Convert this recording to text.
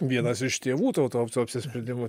vienas iš tėvų to tautų apsisprendimo